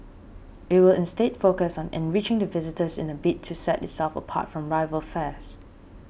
it will instead focus on enriching the visitor's in a bid to set itself apart from rival fairs